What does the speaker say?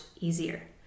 easier